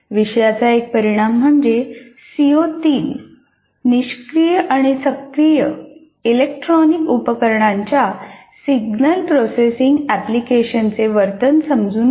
विषयाचा एक परिणाम म्हणजे सीओ 3 निष्क्रीय आणि सक्रिय इलेक्ट्रॉनिक उपकरणांच्या सिग्नल प्रोसेसिंग ऍप्लिकेशन चे वर्तन समजून घ्या